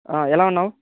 ఎలా ఉన్నావు